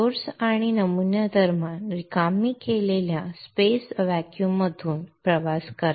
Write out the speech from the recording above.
स्त्रोत आणि नमुना दरम्यान रिकामी केलेल्या स्पेस व्हॅक्यूममधून प्रवास करा